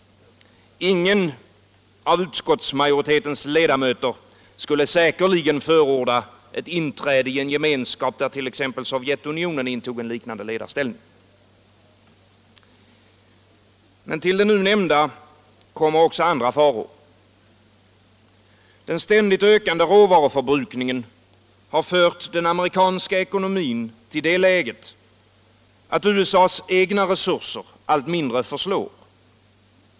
Ingen av utskottsmajoritetens ledamöter skulle säkerligen förorda ett inträde i en gemenskap där t.ex. Sovjetunionen intog en liknande ledarställning. Men till de nu nämnda kommer också andra faror. Den ständigt ökande råvaruförbrukningen har fört den amerikanska ekonomin till det läget, att USA:s egna resurser allt mindre förslår.